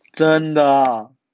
真的啊